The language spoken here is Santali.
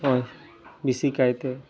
ᱦᱚᱜᱼᱚᱸᱭ ᱵᱮᱥᱤ ᱠᱟᱭᱛᱮ